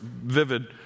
vivid